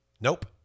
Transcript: Nope